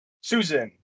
Susan